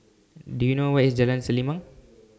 Do YOU know Where IS Jalan Selimang